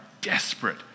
desperate